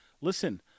Listen